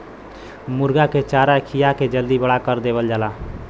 मुरगा के चारा खिया के जल्दी बड़ा कर देवल जाला